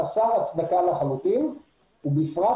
זה חסר הצדקה לחלוטין ובפרט,